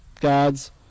God's